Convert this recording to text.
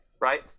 right